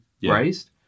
raised